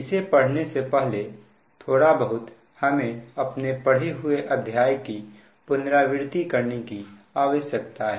इसे पढ़ने से पहले थोड़े बहुत हमें अपने पढ़े हुए अध्याय की पुनरावृति करने की आवश्यकता है